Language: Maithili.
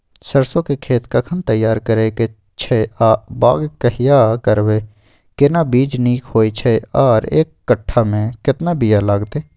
सरसो के खेत कखन तैयार करै के छै आ बाग कहिया करबै, केना बीज नीक होय छै आर एक कट्ठा मे केतना बीया लागतै?